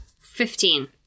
Fifteen